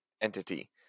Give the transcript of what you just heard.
entity